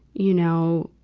you know,